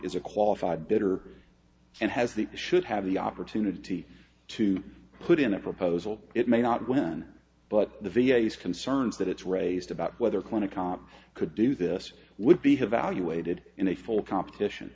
is a qualified bitter and has the should have the opportunity to put in a proposal it may not win but the v a s concerns that it's raised about whether clinic comp could do this would be to valuated in a full competition